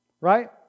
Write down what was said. Right